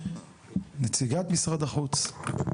נציגת משרד החוץ, בבקשה.